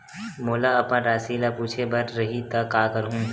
मोला अपन राशि ल पूछे बर रही त का करहूं?